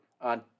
on